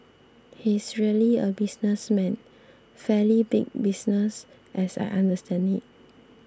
he's really a businessman fairly big business as I understand it